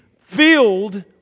filled